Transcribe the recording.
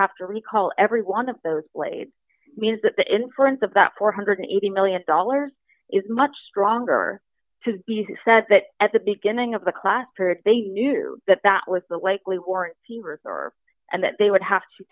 have to recall every one of those blades means that the inference about four hundred and eighty million dollars is much stronger to be said that at the beginning of the class period they knew that that was the likely warranty reserve and that they would have to